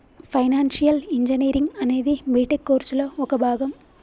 financial engineering అనేది B Tech కోర్సులో ఒక భాగం